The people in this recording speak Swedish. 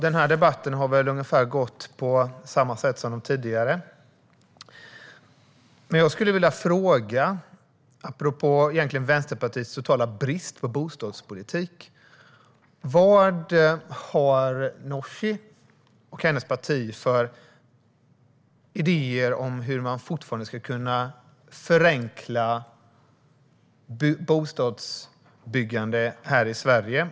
Denna debatt har väl gått ungefär på samma sätt som de tidigare. Låt mig fråga, apropå Vänsterpartiets totala brist på bostadspolitik: Vad har Nooshi och hennes parti för idéer om hur man ska kunna förenkla bostadsbyggandet i Sverige?